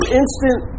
instant